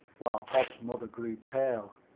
while bob's mother grew pale.